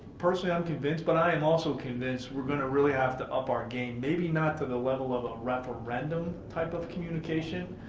personally, i'm convinced, but i'm also convinced we're gonna really have to up our game. maybe not to the level of a referendum type of communication,